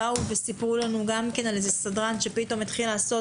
באו וסיפרו לנו על סדרן שהתחיל לעשות